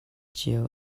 cio